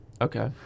Okay